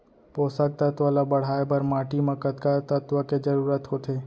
पोसक तत्व ला बढ़ाये बर माटी म कतका तत्व के जरूरत होथे?